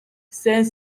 saint